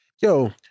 Yo